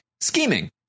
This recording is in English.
scheming